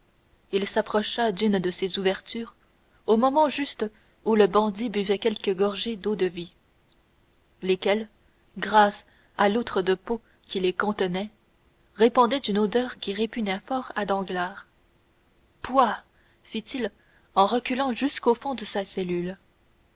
il s'approcha d'une de ces ouvertures au moment juste où le bandit buvait quelques gorgées d'eau-de-vie lesquelles grâce à l'outre de peau qui les contenait répandaient une odeur qui répugna fort à danglars pouah fit-il en reculant jusqu'au fond de sa cellule